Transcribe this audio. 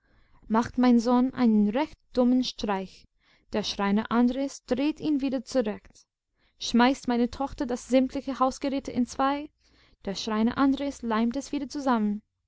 macht mein sohn einen recht dummen streich der schreiner andres dreht ihn wieder zurecht schmeißt meine tochter das sämtliche hausgeräte entzwei der schreiner andres leimt es wieder zusammen